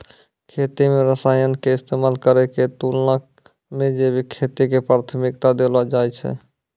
खेती मे रसायन के इस्तेमाल करै के तुलना मे जैविक खेती के प्राथमिकता देलो जाय छै